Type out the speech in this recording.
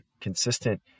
consistent